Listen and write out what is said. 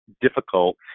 difficult